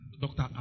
Doctor